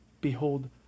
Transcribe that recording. Behold